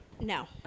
No